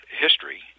history